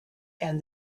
and